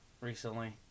recently